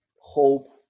hope